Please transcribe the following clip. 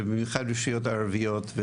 ובמיוחד על רשויות ערביות.